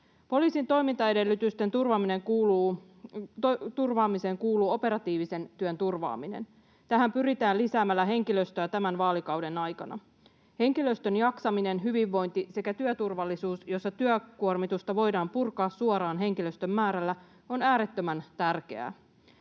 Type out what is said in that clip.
Poliisin toimintaedellytysten turvaamiseen kuuluu operatiivisen työn turvaaminen. Tähän pyritään lisäämällä henkilöstöä tämän vaalikauden aikana. Henkilöstön jaksaminen, hyvinvointi sekä työturvallisuus, jossa työkuormitusta voidaan purkaa suoraan henkilöstön määrällä, on äärettömän tärkeää.